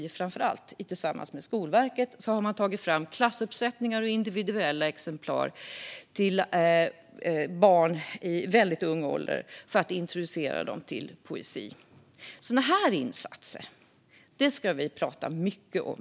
Tillsammans med Skolverket har man tagit fram den bok jag håller i min hand, En bro av poesi , som finns i klassuppsättningar och individuella exemplar, till barn i ung ålder så att de kan introduceras till poesi. Sådana här insatser ska vi prata mycket om.